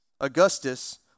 Augustus